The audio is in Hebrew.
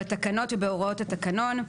בתקנות ובהוראות התקנון.